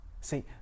See